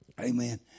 Amen